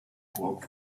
burg